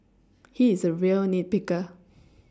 he is a real nit picker